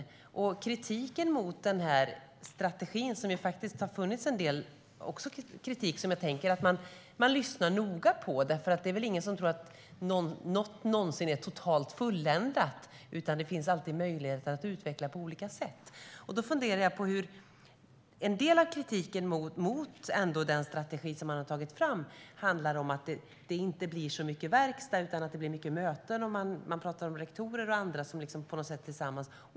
Det finns kritik mot den här strategin. Det har faktiskt funnits en del kritik som jag tänker att man noga lyssnar på, för det är väl ingen som tror att något någonsin är totalt fulländat. Det finns alltid möjligheter att utveckla på olika sätt. En del av kritiken mot den strategi som man har tagit fram handlar om att det inte blir så mycket verkstad. Det blir mycket möten. Man pratar om rektorer och andra som på något sätt är tillsammans.